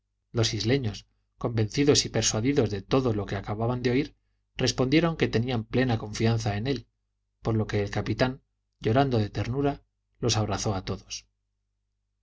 los isleños convencidos y persuadidos de todo lo que acababan de oír respondieron que tenían plena confianza en él por lo que el capitán llorando de ternura los abrazó a todos